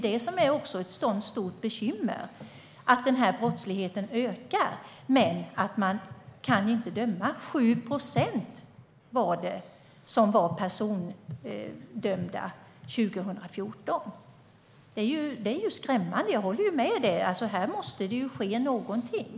Det är ett stort bekymmer att brottsligheten ökar men att det inte går att döma. 7 procent fick en dom under 2014. Det är skrämmande. Jag håller med om att det måste ske någonting.